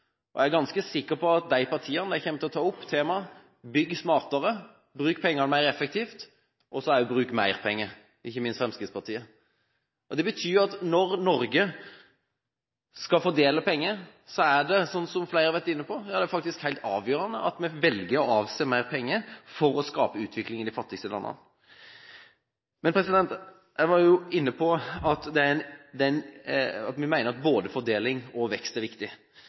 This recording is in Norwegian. de partiene kommer til å ta opp temaet om å bygge smartere og bruke pengene mer effektivt, og det å bruke mer penger – ikke minst Fremskrittspartiet. Det betyr at når Norge skal fordele penger, er det, som flere har vært inne på, helt avgjørende at vi velger å avse mer penger for å skape utvikling i de fattigste landene. Jeg var inne på at vi mener at både fordeling og vekst er viktig.